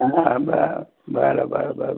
हां बरं बरं बरं बरं